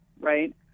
right